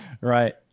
right